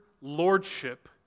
lordship